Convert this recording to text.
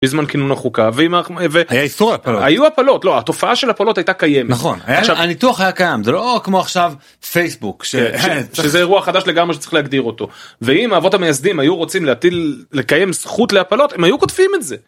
בזמן קינון החוקה ואימא היו הפלות לא התופעה של הפלות הייתה קיים נכון הניתוח היה קיים זה לא כמו עכשיו פייסבוק שזה אירוע חדש לגמרי שצריך להגדיר אותו ואם אבות המייסדים היו רוצים להטיל לקיים זכות להפלות הם היו כותבים את זה.